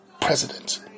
president